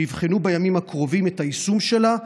שיבחנו בימים הקרובים את היישום שלה,